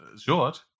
short